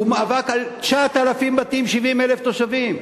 הוא מאבק על 9,000 בתים, 70,000 תושבים.